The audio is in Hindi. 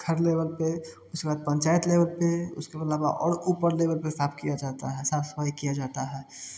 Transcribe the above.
घर लेवल पर उसके बाद पंचायत लेवल पर और उसके बाद और ऊपर लेवल पर साफ़ किया जाता है साफ सफाई किया जाता है